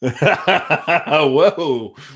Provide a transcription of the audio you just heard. Whoa